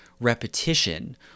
repetition